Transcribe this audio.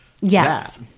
Yes